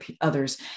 others